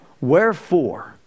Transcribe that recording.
wherefore